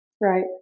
Right